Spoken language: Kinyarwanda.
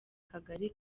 kagari